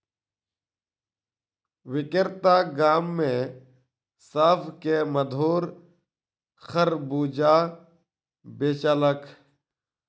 विक्रेता गाम में सभ के मधुर खरबूजा बेचलक